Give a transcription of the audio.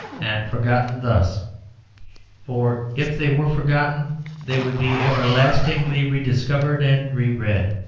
and forgotten thus for if they were forgotten they would be everlastingly re-discovered and re-read.